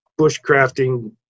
bushcrafting